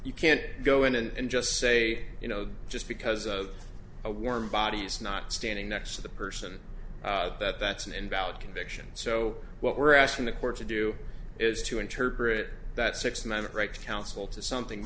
you can't go in and just say you know just because of a warm body it's not standing next to the person that that's an invalid conviction so what we're asking the court to do is to interpret that six member right to counsel to something